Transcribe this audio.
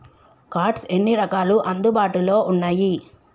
Cards ఎన్ని రకాలు అందుబాటులో ఉన్నయి?